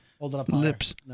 lips